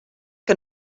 que